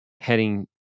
heading